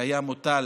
שהיה מוטל